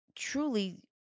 truly